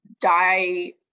die